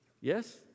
Yes